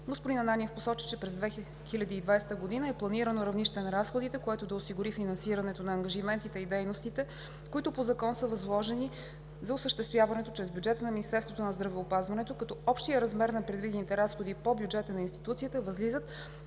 Господин Ананиев посочи, че през 2020 г. е планирано равнище на разходите, което да осигури финансирането на ангажиментите и дейностите, които по Закон са възложени за осъществяване чрез бюджета на Министерството на здравеопазването, като общият размер на предвидените разходи по бюджета на институцията възлизат